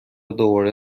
دوباره